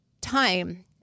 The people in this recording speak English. time